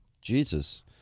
Jesus